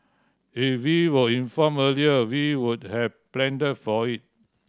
if we were informed earlier we would have planned for it